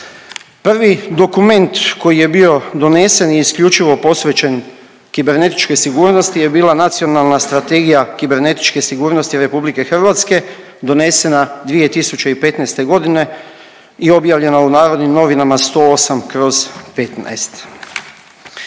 Prvi dokument koji je bio donesen je isključivo posvećen kibernetičkoj sigurnosti je bila Nacionalna strategija kibernetičke sigurnosti RH donesena 2015. g. i objavljena u Narodnim novinama 108/15.